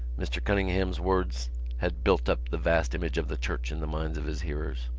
mr. cunningham's words had built up the vast image of the church in the minds of his hearers.